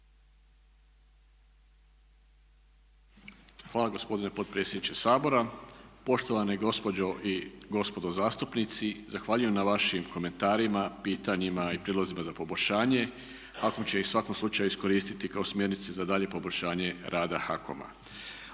Hvala gospodine potpredsjedniče Sabora. Poštovane gospođe i gospodo zastupnici zahvaljujem na vašim komentarima, pitanjima i prijedlozima za poboljšanje. HAKOM će ih u svakom slučaju iskoristiti kao smjernice za dalje poboljšanje rada HAKOM-a.